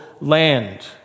land